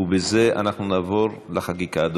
ואנחנו נעבור לחקיקה.